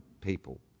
people